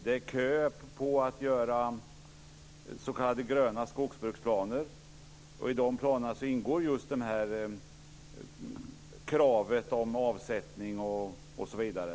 Det är kö för att göra s.k. gröna skogsbruksplaner. I de planerna ingår just det här kravet på avsättning osv.